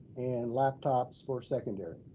and laptops for secondary.